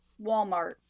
Walmart